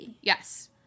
Yes